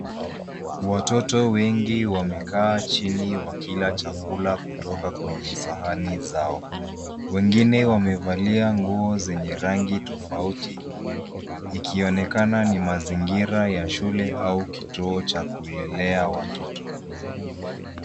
Watoto wengi wamekaa chini wakila chakula kutoka kwenye sahani zao. Wengine wamevalia nguo zenye rangi tofauti, ikionekana ni mazingira ya shule au kituo cha kulelea watoto.